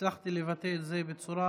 שהצלחתי לבטא את זה בצורה